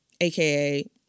aka